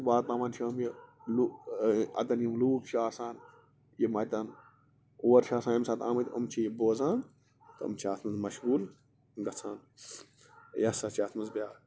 واتناوان چھِ یہِ لوٗکھ اگر یِم لوٗکھ چھِ آسان یِم اتٮ۪ن اور چھِ آسان اَمہِ ساتن آمٕتۍ یِم چھِ یِہِ بوزان تِم چھِ اَتھ منٛز مشغوٗل گژھان